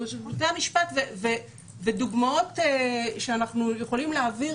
ודוגמאות שאנחנו יכולים להעביר